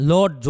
Lord